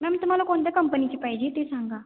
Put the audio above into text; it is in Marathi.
मॅम तुम्हाला कोणत्या कंपनीची पाहिजे आहे ते सांगा